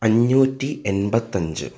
അഞ്ഞൂറ്റി എൺപത്തഞ്ച്